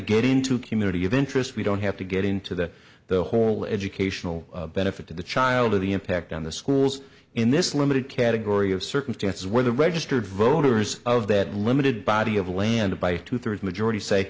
get into community of interest we don't have to get into that the whole educational benefits of the child or the impact on the schools in this limited category of circumstances where the registered voters of that limited body of land by two thirds majority say